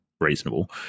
reasonable